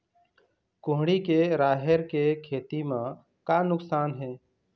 कुहड़ी के राहेर के खेती म का नुकसान हे?